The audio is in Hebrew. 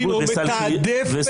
חוק שבות וסל קליטה.